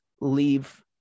leave